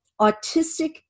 autistic